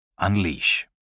Unleash